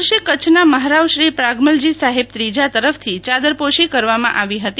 આ વર્ષે કચ્છના મહારાવ શ્રી પ્રાગમલજી સાહેબ ત્રીજા તરફથી ચાદરપોશી કરવામાં આવી હતી